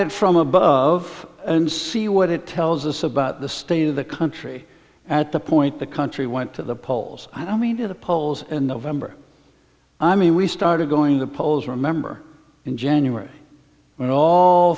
it from above and see what it tells us about the state of the country at the point the country went to the polls i mean to the polls in november i mean we started going the polls remember in january and all